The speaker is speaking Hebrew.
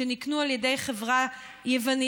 שנקנו על ידי חברה יוונית,